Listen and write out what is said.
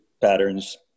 patterns